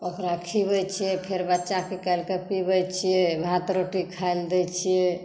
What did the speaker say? ओकरा खियबै छियै फेर बच्चा के निकैल कऽ पियबै छियै भात रोटी खायला दै छियै